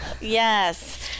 Yes